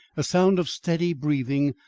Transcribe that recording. a sound of steady breathing,